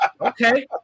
Okay